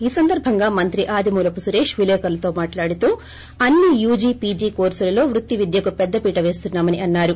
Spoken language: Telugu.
ఈ సందర్బంగా మంత్రి ఆదిమూలపు సురేష్ విలేకరులతో మాట్లాడుతూ అన్ని యూజీ పీజీ కోర్పులలో వృత్తి విద్యకు పెద్ద పీట పేస్తున్నామని అన్సారు